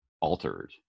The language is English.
altered